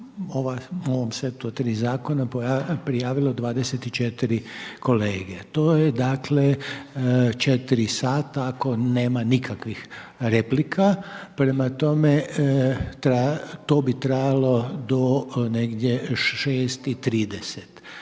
o ovom setu od 3 zakona prijavilo 24 kolege. To je dakle, 4 sata, ako nema nikakvih replika, prema tome, to bi trajalo do negdje 6,30.